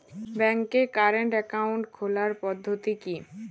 ব্যাংকে current account খোলার পদ্ধতি কি?